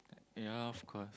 ya of course